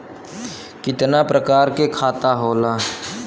कितना प्रकार के खाता होला?